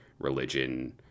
religion